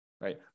right